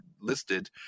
listed